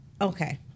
okay